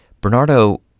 Bernardo